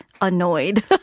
annoyed